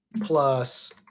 plus